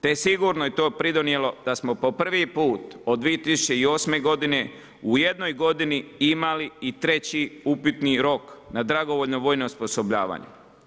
Te sigurno je to pridonijelo, da smo po prvi put od 2008.g. u jednoj godini imali i 3 upitni rok na dragovoljnom vojnom osposobljavanju.